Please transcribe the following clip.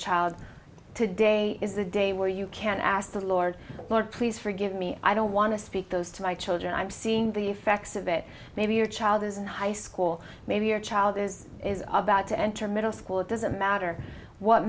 child to day is the day where you can ask the lord lord please forgive me i don't want to speak those to my children i'm seeing the effects of it maybe your child is in high school maybe your child is about to enter middle school it doesn't matter what